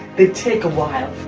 they take a while.